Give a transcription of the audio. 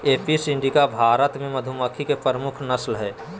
Apis indica Bharat मे मधुमक्खी के प्रमुख नस्ल हय